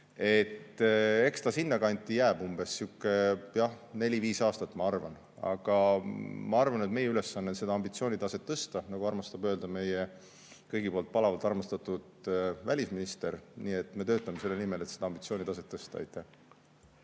Eks ta sinna kanti jääb, umbes neli‑viis aastat, ma arvan. Aga ma arvan, et meie ülesanne on seda ambitsiooni taset tõsta, nagu armastab öelda meie kõigi poolt palavalt armastatud välisminister. Nii et me töötame selle nimel, et seda ambitsiooni taset tõsta.